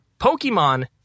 Pokemon